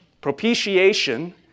Propitiation